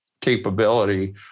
capability